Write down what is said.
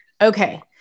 okay